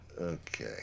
okay